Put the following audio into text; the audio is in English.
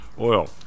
Oil